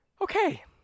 okay